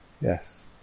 Yes